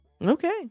okay